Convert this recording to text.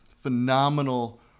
Phenomenal